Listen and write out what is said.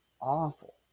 awful